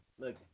Look